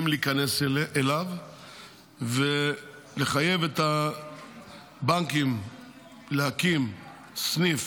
להיכנס אליו ולחייב את הבנקים להקים סניף